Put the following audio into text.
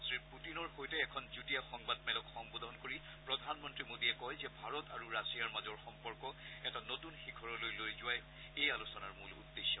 শ্ৰী পুটিনৰ সৈতে এখন যুটীয়া সংবাদ মেলক সম্বোধন কৰি প্ৰধান মন্ত্ৰী মোদীয়ে কয় যে ভাৰত আৰু ৰাছিয়াৰ মাজৰ সম্পৰ্ক এটা নতুন শিখৰলৈ লৈ যোৱাই এই আলোচনাৰ মূল উদ্দেশ্য